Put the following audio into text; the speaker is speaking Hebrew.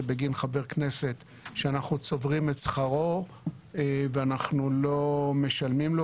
זה בגין חבר כנסת שאנחנו צוברים את שכרו ואנחנו לא משלמים לו,